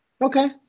Okay